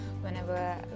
whenever